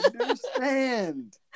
understand